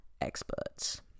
experts